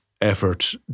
effort